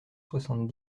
soixante